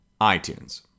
iTunes